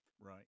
Right